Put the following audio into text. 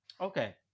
Okay